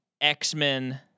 X-Men